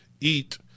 eat